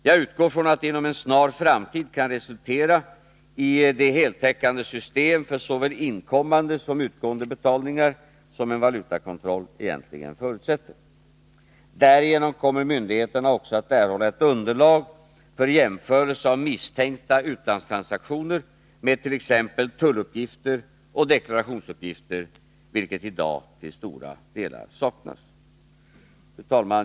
Jag utgår från att det inom en snar framtid kan resultera i det heltäckande system för såväl inkommande som utgående betalningar som en valutakontroll egentligen förutsätter. Därigenom kommer myndigheterna också att erhålla ett underlag för jämförelse av misstänkta utlandstransaktioner med t.ex. tulluppgifter och deklarationsuppgifter, vilket i dag till stora delar saknas. Fru talman!